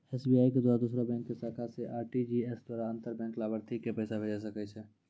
SBI के द्वारा दोसरो बैंको के शाखा से आर.टी.जी.एस द्वारा अंतर बैंक लाभार्थी के पैसा भेजै सकै छै